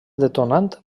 detonant